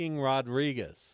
Rodriguez